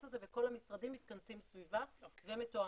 הזה וכל המשרדים מתכנסים סביבה ומתואמים.